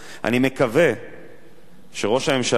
אני מקווה שראש הממשלה,